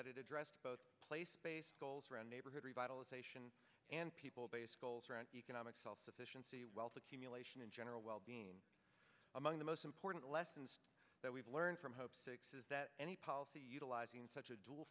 addressed both place based goals around neighborhood revitalization and people based goals around economic self sufficiency wealth accumulation and general wellbeing among the most important lessons that we've learned from hope six is that any policy utilizing such a dual